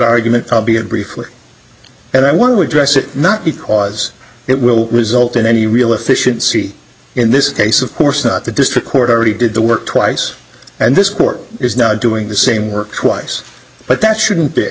argument be it briefly and i one would dress it not because it will result in any real efficiency in this case of course not the district court already did the work twice and this court is now doing the same work twice but that shouldn't be